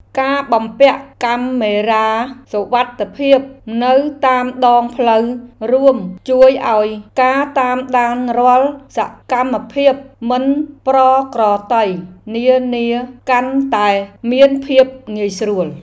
ការបំពាក់កាមេរ៉ាសុវត្ថិភាពនៅតាមដងផ្លូវរួមជួយឱ្យការតាមដានរាល់សកម្មភាពមិនប្រក្រតីនានាកាន់តែមានភាពងាយស្រួល។